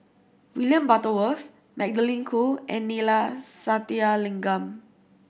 William Butterworth Magdalene Khoo and Neila Sathyalingam